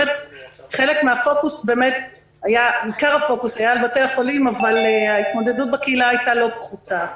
שעיקר הפוקוס היה על בתי החולים אבל ההתמודדות בקהילה הייתה לא פחותה.